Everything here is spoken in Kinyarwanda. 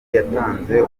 yatanze